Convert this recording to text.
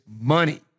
money